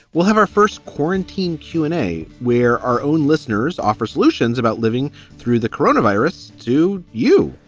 we'll have our first quarantine q and a, where our own listeners offer solutions about living through the corona virus. do you?